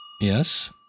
Yes